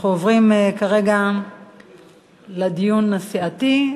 אנחנו עוברים כרגע לדיון הסיעתי.